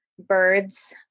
birds